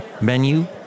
menu